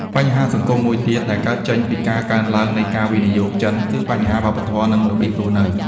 បញ្ហាសង្គមមួយទៀតដែលកើតចេញពីការកើនឡើងនៃការវិនិយោគចិន គឺបញ្ហាវប្បធម៌ និងរបៀបរស់នៅ។